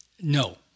No